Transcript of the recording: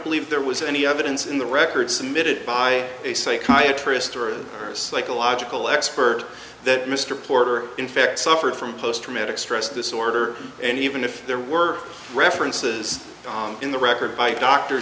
believe there was any evidence in the record submitted by a psychiatrist or her psychological expert that mr porter in fact suffered from post traumatic stress disorder and even if there were references in the record by doctor